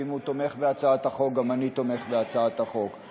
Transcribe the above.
ואם הוא תומך בהצעת החוק גם אני תומך בהצעת החוק,